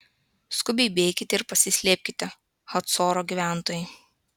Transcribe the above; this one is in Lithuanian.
skubiai bėkite ir pasislėpkite hacoro gyventojai